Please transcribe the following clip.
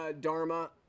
Dharma